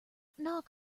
knock